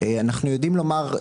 אנחנו יודעים לומר,